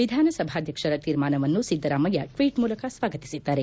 ವಿಧಾನಸಭಾಧ್ವಕ್ಷರ ತೀರ್ಮಾನವನ್ನು ಸಿದ್ದರಾಮಯ್ಯ ಟ್ವೀಟ್ ಮೂಲಕ ಸ್ವಾಗತಿಸಿದ್ದಾರೆ